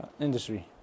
industry